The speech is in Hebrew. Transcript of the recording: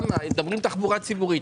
מדברים על תחבורה ציבורית,